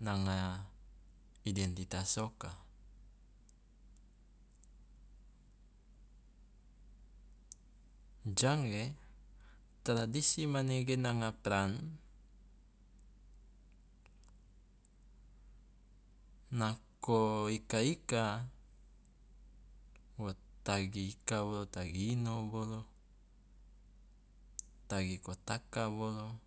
nanga identitas oka. Jange, tradisi manege nanga peran nako ika- ika wo tagi ika bolo tagi ino bolo, tagi kotaka bolo